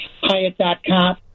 hyatt.com